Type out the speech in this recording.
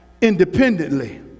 independently